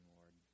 Lord